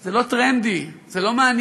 זה לא טרנדי, זה לא מעניין,